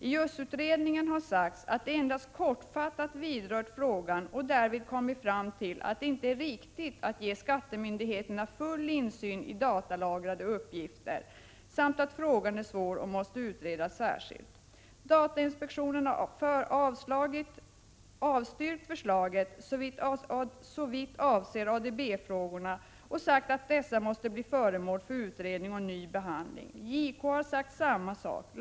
I USS-utredningen har sagts att de endast kortfattat vidrört frågan och därvid kommit fram till att det inte är riktigt att ge skattemyndigheterna full insyn i datalagrade uppgifter samt att frågan är svår och måste utredas särskilt. 3. Datainspektionen har avstyrkt förslaget såvitt avser ADB-frågorna och sagt att dessa måste bli föremål för utredning och ny behandling. 4. JK har sagt samma sak. 5.